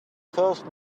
first